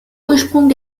ursprung